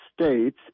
States